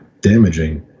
damaging